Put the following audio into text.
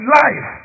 life